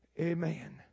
Amen